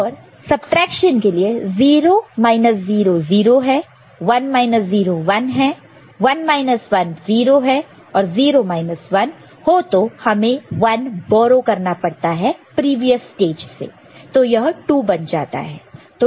और सबट्रैक्शन के लिए 0 0 0 है 1 0 1 है 1 1 0 है और 0 1 हो तो हमें 1 बोरो करना पड़ता है प्रीवियस स्टेज से तो यह 2 बन जाता है